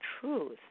truth